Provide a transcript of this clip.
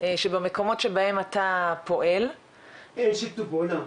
שבמקומות שבהם אתה פועל -- אין שיתוף פעולה,